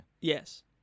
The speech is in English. Yes